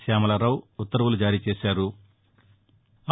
శ్యామలరావు ఉత్తర్వులు జారీ చేశారు